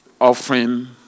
offering